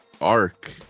arc